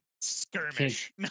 skirmish